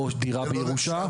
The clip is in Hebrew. או דירה בירושה,